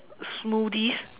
smoothies